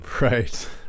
right